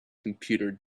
computer